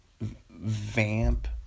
vamp